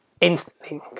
instantly